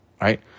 right